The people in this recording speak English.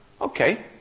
Okay